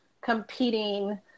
competing